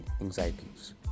anxieties